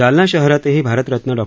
जालना शहरातही भारतरत्न डॉ